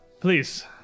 Please